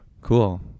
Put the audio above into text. Cool